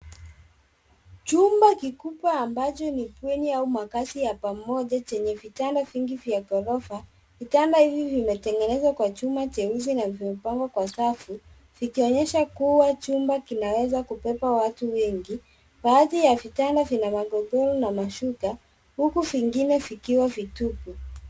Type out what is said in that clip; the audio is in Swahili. Chumba kikubwa ambacho ni bweni au makazi ya pamoja chenye vitanda vingi vya gorofa. Vitanda hivi vimetengenezwa kwa chuma cheusi na vimepangwa kwa safu, vikionyesha kuwa chumba kinaweza kubeba watu wengi. Baadhi ya vitanda vina magodoro na mashuka huku vingine vikiwa vitupu.